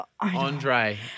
Andre